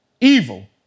Evil